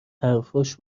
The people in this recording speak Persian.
حرفاش